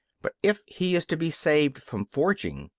but if he is to be saved from forging,